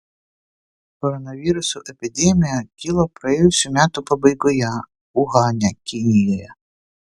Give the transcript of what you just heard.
koronaviruso epidemija kilo praėjusių metų pabaigoje uhane kinijoje